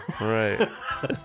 right